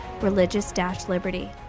religious-liberty